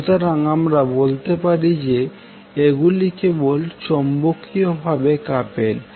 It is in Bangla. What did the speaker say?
সুতরাং আমরা বলতে পারি যে এগুলি কেবল চৌম্বকীয় ভাবে কাপেলড